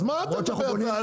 אז מה אתה מדבר?